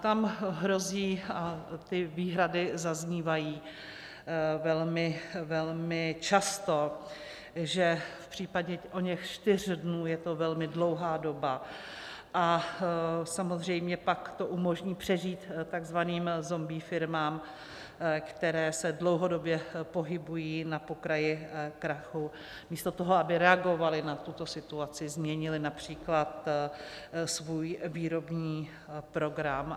Tam hrozí ty výhrady zaznívají velmi často že v případě oněch čtyř dnů je to velmi dlouhá doba, a pak to samozřejmě umožní přežít takzvaným zombie firmám, které se dlouhodobě pohybují na pokraji krachu, místo toho, aby reagovaly na tuto situaci, změnily například svůj výrobní program.